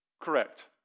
Correct